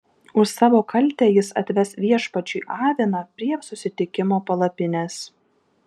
už savo kaltę jis atves viešpačiui aviną prie susitikimo palapinės